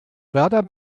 werder